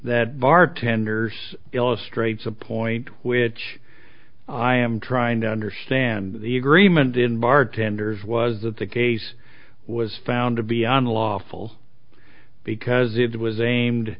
that bartender's illustrates a point which i am trying to understand the agreement in bartenders was that the case was found to be unlawful because it was a